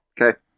Okay